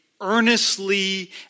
earnestly